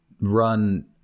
run